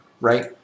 right